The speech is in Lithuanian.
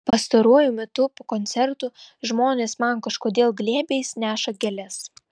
pastaruoju metu po koncertų žmonės man kažkodėl glėbiais neša gėles